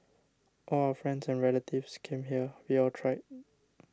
all our friends and relatives came here we all tried